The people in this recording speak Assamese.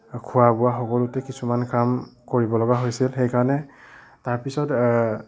খোৱা বোৱা সকলোতে কিছুমান কাম কৰিবলগা হৈছিল সেইকাৰণে তাৰ পিছত